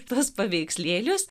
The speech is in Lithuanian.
tuos paveikslėlius